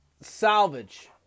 salvage